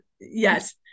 Yes